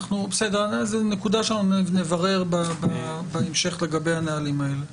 זו נקודה שאנחנו נברר בהמשך לגבי הנהלים האלה.